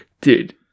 dude